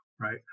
Right